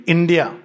India